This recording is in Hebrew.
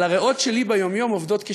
אבל הריאות שלי ביום-יום עובדות כ-60%.